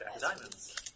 Diamonds